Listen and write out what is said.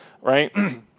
right